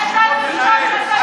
למה אתה מבזה את התפקיד